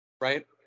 Right